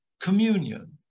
communion